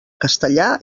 castellà